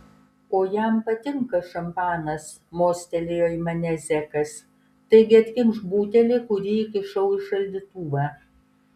o jam patinka šampanas mostelėjo į mane zekas taigi atkimšk butelį kurį įkišau į šaldytuvą